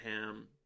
ham